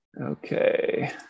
Okay